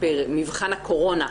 במבחן הקורונה.